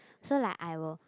so like I will